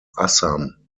assam